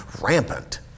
rampant